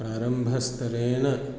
प्रारम्भस्तरेण